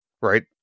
right